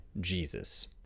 Jesus